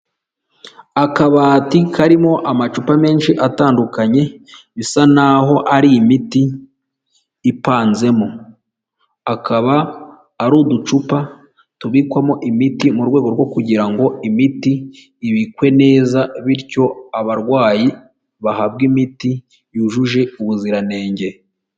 Akabati karimo amacupa menshi atandukanye, bisa n'aho ari imiti ipanzemo, akaba ari uducupa tubikwamo imiti mu rwego rwo kugira ngo imiti ibikwe neza, bityo abarwayi bahabwe imiti yujuje ubuziranenge.